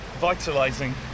vitalizing